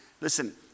Listen